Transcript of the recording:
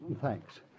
Thanks